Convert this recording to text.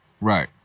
right